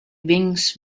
wings